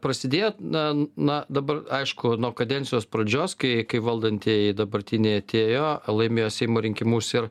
prasidėjo na na dabar aišku nuo kadencijos pradžios kai kai valdantieji dabartiniai atėjo laimėjo seimo rinkimus ir